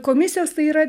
komisijos tai yra